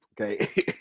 Okay